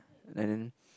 and then